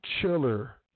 chiller